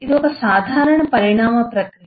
ఇది ఒక సాధారణ పరిణామ ప్రక్రియ